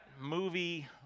movie